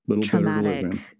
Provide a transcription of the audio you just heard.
traumatic